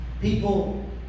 People